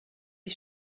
wie